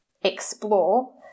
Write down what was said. explore